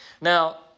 Now